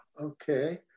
okay